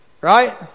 Right